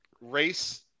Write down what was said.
Race